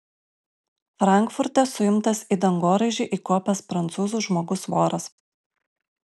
frankfurte suimtas į dangoraižį įkopęs prancūzų žmogus voras